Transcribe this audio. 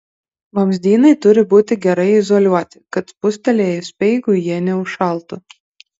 vamzdynai turi būti gerai izoliuoti kad spustelėjus speigui jie neužšaltų